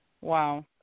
Wow